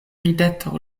rideto